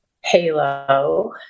Halo